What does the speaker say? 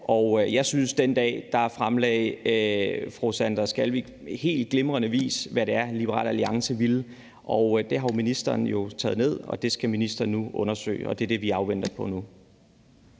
Jeg synes, at den dag fremlagde fru Sandra Elisabeth Skalvig på helt glimrende vis, hvad det er, Liberal Alliance vil, og det har ministeren jo taget ned, og det skal ministeren nu undersøge. Og det er det, vi afventer nu.